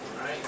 Right